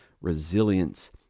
resilience